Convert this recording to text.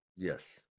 Yes